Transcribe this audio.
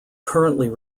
currently